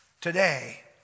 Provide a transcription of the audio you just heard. today